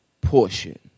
portion